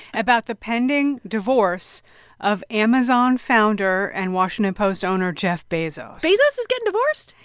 about the pending divorce of amazon founder and washington post owner jeff bezos bezos is getting divorced?